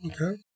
Okay